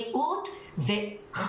על בריאות ועל